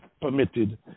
permitted